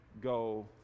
go